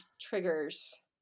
triggers